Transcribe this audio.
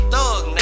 Thug